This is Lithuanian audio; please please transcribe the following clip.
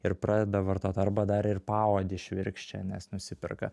ir pradeda vartot arba dar ir paodį švirkščia nes nusiperka